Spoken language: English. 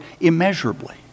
immeasurably